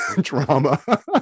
drama